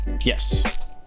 Yes